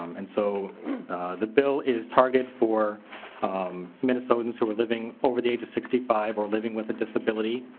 um and so the bill is targeted for um minnesota and sort of living over the age of sixty five or living with a disability